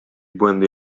błędy